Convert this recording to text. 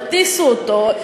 הטיסו אותו,